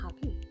happy